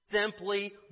simply